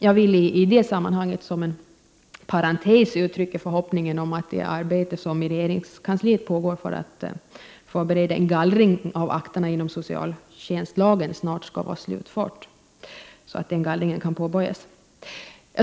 Jag vill i det sammanhanget som en parentes uttrycka förhoppningen att det arbete som i regeringskansliet pågår för att förbereda en gallring av akterna inom socialtjänsten snart skall vara slutfört, så att denna gallring kan påbörjas.